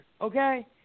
okay